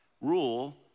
rule